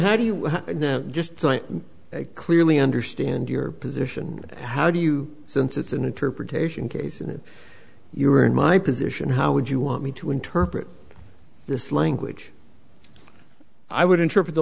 how do you just clearly understand your position and how do you since it's an interpretation case and if you were in my position how would you want me to interpret this language i would interpret the